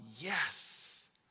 yes